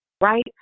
right